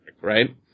right